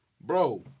bro